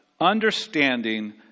understanding